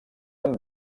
amb